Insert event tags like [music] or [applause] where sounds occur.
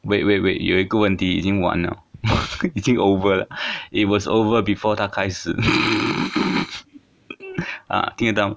wait wait wait 有一个问题已经完了 [laughs] 已经 over liao it was over before 她开始 [laughs] 啊听得到